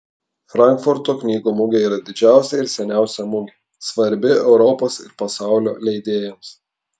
frankfurto knygų mugė yra didžiausia ir seniausia mugė svarbi europos ir pasaulio leidėjams